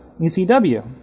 ECW